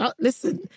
listen